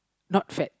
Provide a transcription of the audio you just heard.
not fat